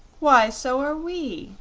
why, so are we,